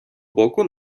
боку